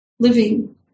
living